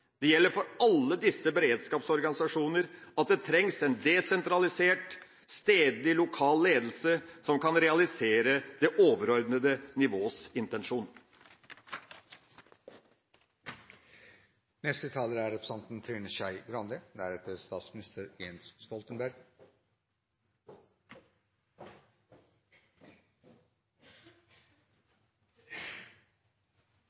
Det gjelder for alle disse beredskapsorganisasjoner at det trengs en desentralisert, stedlig lokal ledelse som kan realisere det overordnede nivås